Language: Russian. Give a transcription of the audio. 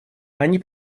они